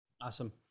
awesome